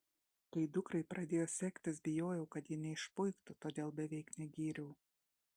kai dukrai pradėjo sektis bijojau kad ji neišpuiktų todėl beveik negyriau